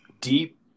deep